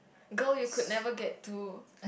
girl you could never get to